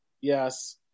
yes